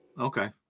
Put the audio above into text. Okay